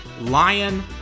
Lion